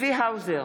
צבי האוזר,